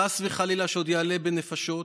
חס וחלילה שעוד יעלה בנפשות,